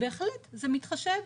בהחלט, זה מתחשב.